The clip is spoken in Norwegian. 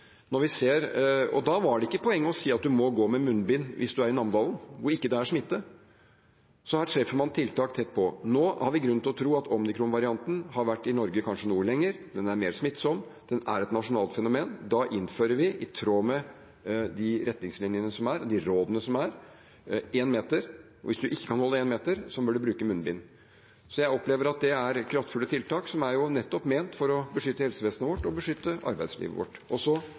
Da var det ikke noe poeng i å si at man måtte gå med munnbind hvis man var i Namdalen, og det ikke var smitte. Så her treffer man tiltak tett på. Nå har vi grunn til å tro at omikronvarianten har vært i Norge kanskje noe lenger, den er mer smittsom, den er et nasjonalt fenomen, og da innfører vi enmetersregelen, i tråd med de retningslinjene og rådene som er. Hvis man ikke kan holde én meters avstand, bør man bruke munnbind. Jeg opplever at det er kraftfulle tiltak, som jo nettopp er ment for å beskytte helsevesenet vårt og arbeidslivet vårt – og